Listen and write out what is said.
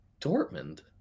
Dortmund